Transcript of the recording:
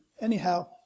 Anyhow